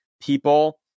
people